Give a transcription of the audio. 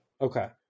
Okay